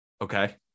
Okay